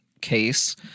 case